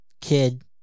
kid